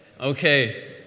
okay